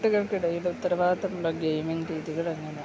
കുട്ടുകൾക്കിടയിലെ ഉത്തരവാദിത്തമുള്ള ഗെയിമിംഗ് രീതികൾ എങ്ങനെയാണ്